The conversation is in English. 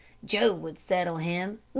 joe would settle him,